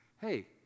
hey